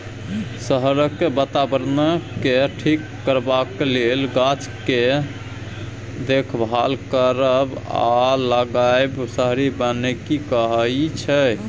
शहरक बाताबरणकेँ ठीक करबाक लेल गाछ केर देखभाल करब आ लगाएब शहरी बनिकी कहाइ छै